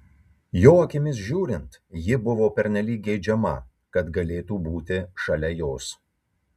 jo akimis žiūrint ji buvo pernelyg geidžiama kad galėtų būti šalia jos